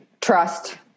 trust